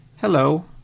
hello